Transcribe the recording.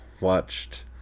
watched